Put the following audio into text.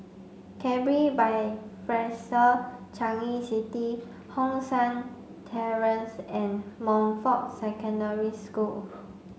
Capri by Fraser Changi City Hong San Terrace and Montfort Secondary School